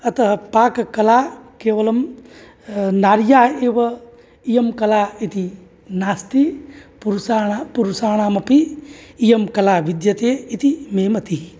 अतः पाककला केवलं नार्याः एव इयं कला इति नास्ति पुरुषाणां पुरुषाणामपि इयं कला विद्यते इति मे मतिः